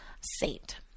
Saint